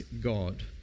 God